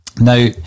Now